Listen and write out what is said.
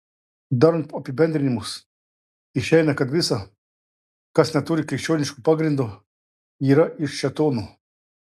darant apibendrinimus išeina kad visa kas neturi krikščioniško pagrindo yra iš šėtono